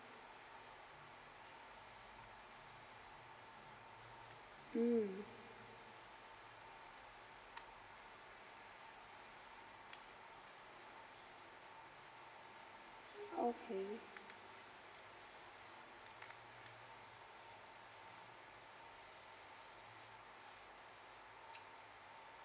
mm okay